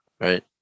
Right